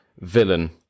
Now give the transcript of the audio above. villain